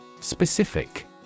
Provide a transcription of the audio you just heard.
Specific